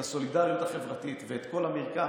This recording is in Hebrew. את הסולידריות החברתית ואת כל המרקם